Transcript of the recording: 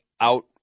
out